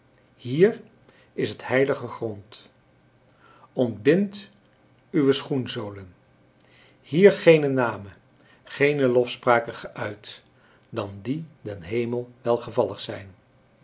vereering hier is het heilige grond ontbindt uwe schoenzolen hier geene namen geene lofspraken geuit dan die den hemel welgevallig zijn